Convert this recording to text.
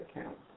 account